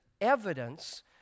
evidence